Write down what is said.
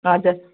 हजुर